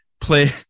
play